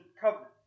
covenant